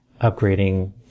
upgrading